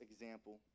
example